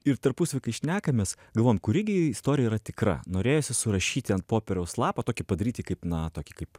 ir tarpusavy kai šnekamės galvom kuri gi istorija yra tikra norėjosi surašyti ant popieriaus lapą tokį padaryti kaip na to kaip